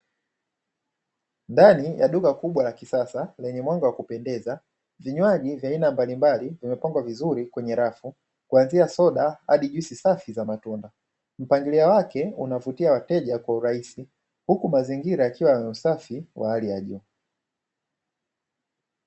Ndani ya duka kubwa la kisasa lenye mwanga wa kupendeza, vinywaji vya aina mbalimbali vimepangwa vizuri kwenye rafu kuanzia soda hadi juisi safi za matunda. Mpangilio wake unavutia wateja kwa urahisi, huku mazingira yakiwa ya usafi wa hali ya juu.